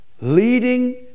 leading